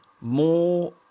more